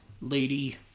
lady